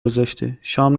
گذاشته، شام